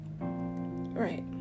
right